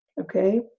okay